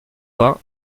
vingt